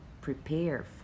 prepare